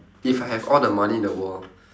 if I have all the money in the world